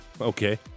Okay